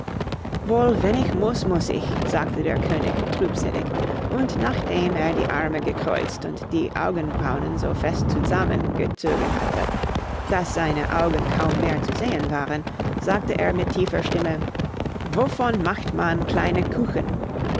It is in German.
wohl wenn ich muß muß ich sagte der könig trübsinnig und nachdem er die arme gekreuzt und die augenbraunen so fest zusammengezogen hatte daß seine augen kaum mehr zu sehen waren sagte er mit tiefer stimme wovon macht man kleine kuchen